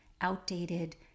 outdated